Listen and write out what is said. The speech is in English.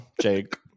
Jake